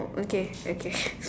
okay okay